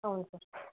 అవును సర్